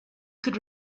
could